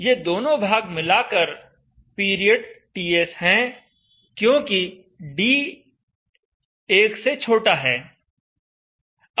ये दोनों भाग मिलाकर पीरियड TS है क्योंकि d1 है